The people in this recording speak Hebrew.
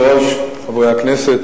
אדוני היושב-ראש, חברי הכנסת,